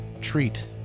treat